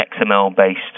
XML-based